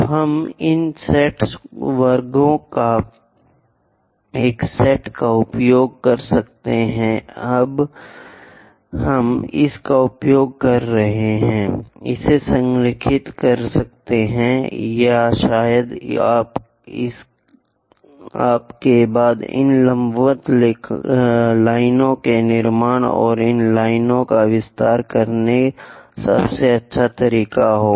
तो हम इन सेट वर्गों का एक सेट का उपयोग कर सकते हैं हम इसका उपयोग कर सकते हैं इसे संरेखित कर सकते हैं या शायद आपके बाद इन लंबवत लाइनों के निर्माण और इस लाइन का विस्तार करने का सबसे अच्छा तरीका है